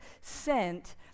sent